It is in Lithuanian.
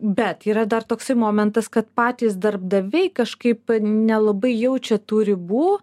bet yra dar toksai momentas kad patys darbdaviai kažkaip nelabai jaučia tų ribų